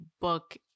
book